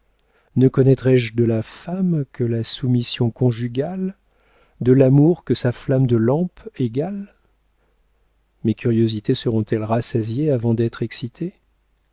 ne connaîtrais-je de la femme que la soumission conjugale de l'amour que sa flamme de lampe égale mes curiosités seront elles rassasiées avant d'être excitées